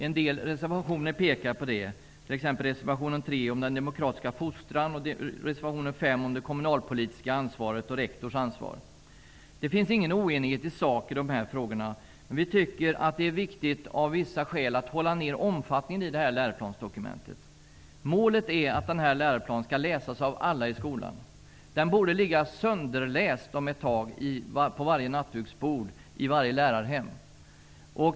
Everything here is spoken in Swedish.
En del reservationer pekar på det, t.ex. reservation 3 om demokratisk fostran och reservation 5 om det kommunalpolitiska ansvaret och rektors ansvar. Det finns ingen oenighet i sak i dessa frågor, men vi tycker att det av vissa skäl är viktigt att hålla nere omfattningen på det här läroplansdokumentet. Målet är att läroplanen skall läsas av alla i skolan. Den borde om ett tag ligga sönderläst på varje nattduksbord i varje lärarhem.